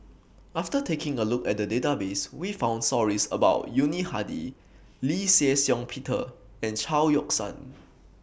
after taking A Look At The Database We found stories about Yuni Hadi Lee Shih Shiong Peter and Chao Yoke San